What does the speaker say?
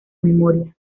memoria